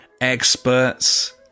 experts